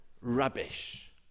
rubbish